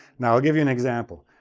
now, i'll give you an example.